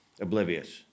oblivious